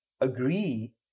agree